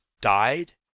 died